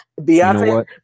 beyonce